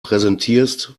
präsentierst